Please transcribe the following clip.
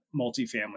multifamily